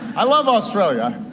i love australia,